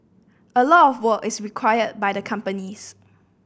a lot of work is required by the companies